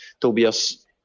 Tobias